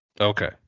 okay